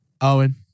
Owen